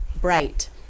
bright